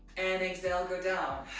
and exhale, go down.